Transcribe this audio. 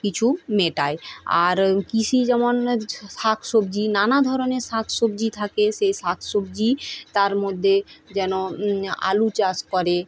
কিছু মেটায় আর কৃষি যেমন শাক সবজি নানা ধরনের শাক সবজি থাকে সেই শাক সবজি তার মধ্যে যেন আলু চাষ করে